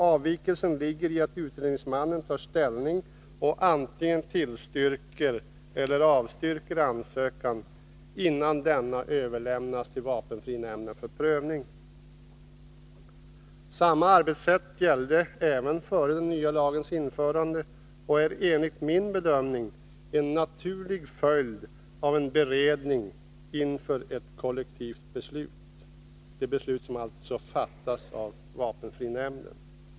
Avvikelsen ligger i att utredningsmannen tar ställning och antingen tillstyrker eller avstyrker ansökan, innan denna överlämnas till vapenfrinämnden för prövning. Samma arbetssätt gällde även före den nya lagens införande och är enligt min bedömning en naturlig följd av en beredning inför ett kollektivt beslut — det beslut som alltså fattas av vapenfrinämnden.